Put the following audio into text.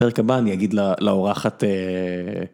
בפרק הבא אני אגיד לאורחת.